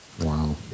Wow